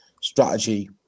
strategy